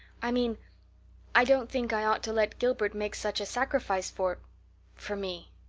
i mean i don't think i ought to let gilbert make such a sacrifice for for me.